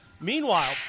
Meanwhile